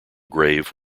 grave